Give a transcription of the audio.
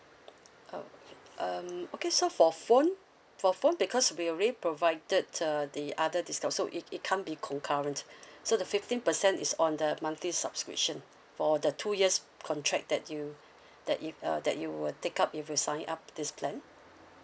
oh um okay so for phone for phone because we already provided uh the other discount so it it can't be concurrent so the fifteen percent is on the monthly subscription for the two years contract that you that you uh that you will take up if you sign up this plan